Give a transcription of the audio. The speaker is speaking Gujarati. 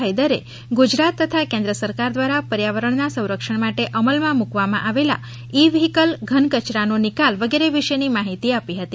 હૈદરે ગુજરાત તથા કેન્દ્ર સરકાર દ્વારા પર્યાવરણના સંરક્ષણ માટે અમલમાં મુકવામાં આવેલ ઇ વ્હિકલ ઘન કયરાનો નિકાલ વિષેની માહિતી આપી હતી